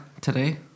today